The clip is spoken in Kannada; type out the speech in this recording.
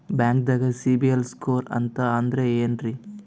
ಬ್ಯಾಂಕ್ದಾಗ ಸಿಬಿಲ್ ಸ್ಕೋರ್ ಅಂತ ಅಂದ್ರೆ ಏನ್ರೀ?